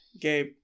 gabe